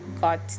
got